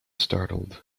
startled